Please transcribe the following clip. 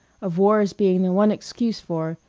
of war's being the one excuse for,